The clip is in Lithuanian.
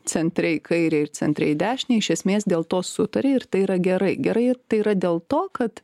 centre į kairę ir centre į dešinę iš esmės dėl to sutarė ir tai yra gerai gerai tai yra dėl to kad